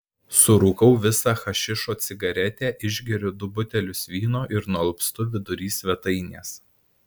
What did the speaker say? surūkau visą hašišo cigaretę išgeriu du butelius vyno ir nualpstu vidury svetainės